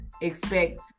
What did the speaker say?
expect